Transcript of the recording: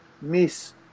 Miss